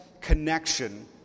connection